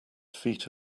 feet